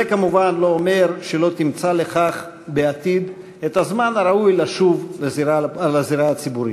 זה כמובן לא אומר שלא תמצא בעתיד את הזמן הראוי לשוב לזירה הציבורית.